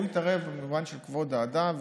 הוא התערב במובן של כבוד האדם,